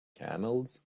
camels